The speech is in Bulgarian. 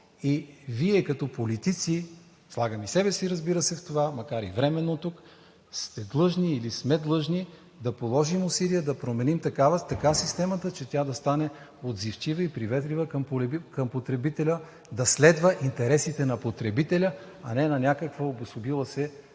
И Вие като политици, слагам и себе си, разбира се, в това, макар и временно тук, сте длъжни, или сме длъжни, да положим усилия да променим така системата, че тя да стане отзивчива и приветлива към потребителя, да следва интересите на потребителя, а не на някаква обособила се върхушка